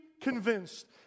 convinced